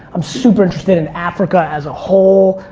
i'm super-interested in africa as a whole.